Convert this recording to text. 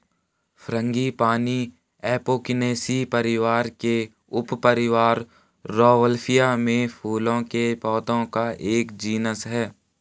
frangipani Apocynaceae परिवार के उपपरिवार रौवोल्फिया में फूलों के पौधों का एक जीनस है